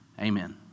Amen